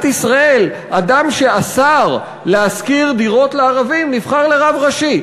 ישראל אדם שאסר להשכיר דירות לערבים נבחר לרב ראשי?